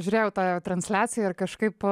žiūrėjau tą transliaciją ir kažkaip